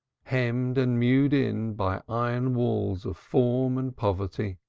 hemmed and mewed in by iron walls of form and poverty,